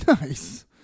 Nice